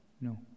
No